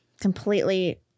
completely